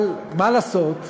אבל מה לעשות,